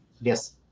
Yes